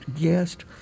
guest